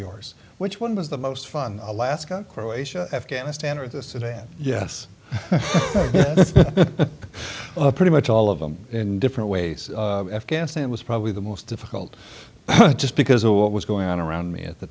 yours which one was the most fun alaska croatia afghanistan or this and then yes pretty much all of them in different ways afghanistan was probably the most difficult just because of what was going on around me at the